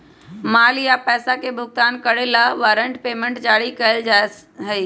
माल या पैसा के भुगतान करे ला वारंट पेमेंट जारी कइल जा हई